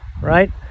right